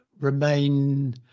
remain